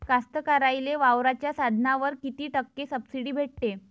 कास्तकाराइले वावराच्या साधनावर कीती टक्के सब्सिडी भेटते?